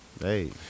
Hey